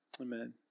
amen